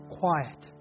quiet